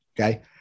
okay